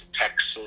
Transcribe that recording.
Texas